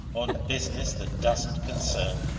on business that doesn't concern